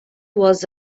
was